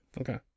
Okay